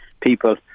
people